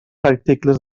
articles